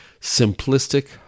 simplistic